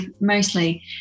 mostly